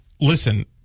listen